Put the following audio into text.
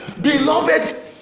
beloved